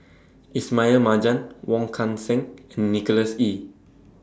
Ismail Marjan Wong Kan Seng and Nicholas Ee